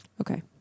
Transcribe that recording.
Okay